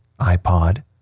iPod